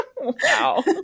Wow